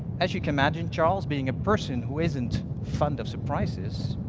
as you can imagine, charles being a person who isn't fond of surprises,